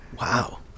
Wow